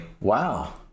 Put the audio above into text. wow